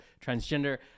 transgender